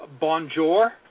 bonjour